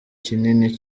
kinini